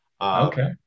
Okay